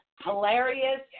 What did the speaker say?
hilarious